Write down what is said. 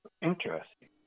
Interesting